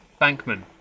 Bankman